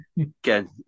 again